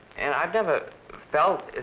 and, i've never felt